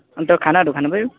अन्त खानाहरू खानु भयो